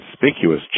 conspicuous